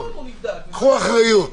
קחו אחריות.